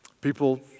People